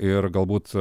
ir galbūt